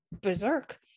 berserk